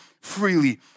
freely